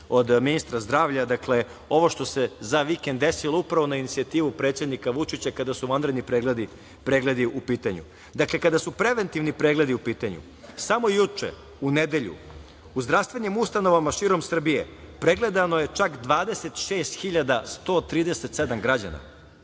ministra zdravlja. Dakle, ono što se za vikend desilo upravo na inicijativu predsednika Vučića, kada su vanredni pregledi u pitanju. Dakle, kada su preventivni pregledi u pitanju samo juče, u nedelju, u zdravstvenim ustanovama širom Srbije pregledano je čak 26.137 građana.